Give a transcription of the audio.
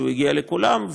שהגיע לכולם,